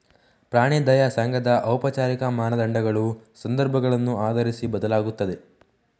ಪ್ರಾಣಿ ದಯಾ ಸಂಘದ ಔಪಚಾರಿಕ ಮಾನದಂಡಗಳು ಸಂದರ್ಭಗಳನ್ನು ಆಧರಿಸಿ ಬದಲಾಗುತ್ತವೆ